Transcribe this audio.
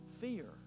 fear